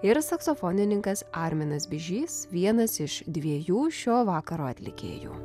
ir saksofonininkas arminas bižys vienas iš dviejų šio vakaro atlikėjų